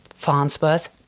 farnsworth